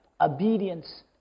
obedience